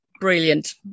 brilliant